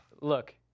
Look